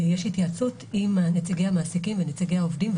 יש התייעצות עם נציגי המעסיקים ונציגי העובדים,